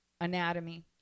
anatomy